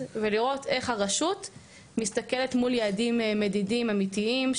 ולראות איך הרשות מסתכלת מול יעדים מדידים אמיתיים.